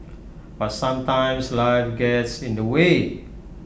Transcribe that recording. but sometimes life gets in the way